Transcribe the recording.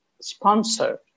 sponsor